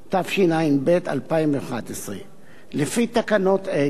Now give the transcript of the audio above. התשע"ב 2011. לפי תקנות אלה,